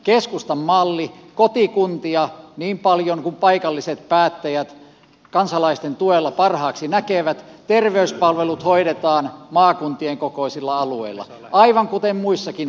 keskustan mallissa kotikuntia on niin paljon kuin paikalliset päättäjät kansalaisten tuella parhaaksi näkevät terveyspalvelut hoidetaan maakuntien kokoisilla alueilla aivan kuten muissakin pohjoismaissa